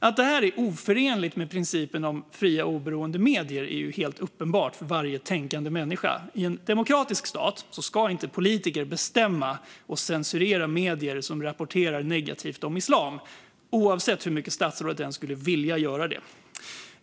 Att detta är oförenligt med principen om fria oberoende medier är ju helt uppenbart för varje tänkande människa. I en demokratisk stat ska inte politiker bestämma över och censurera medier som rapporterar negativt om islam, oavsett hur mycket statsrådet skulle vilja göra det.